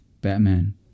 Batman